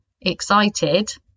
excited